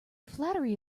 flattery